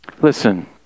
Listen